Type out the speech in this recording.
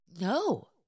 No